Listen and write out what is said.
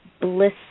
bliss